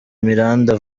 miranda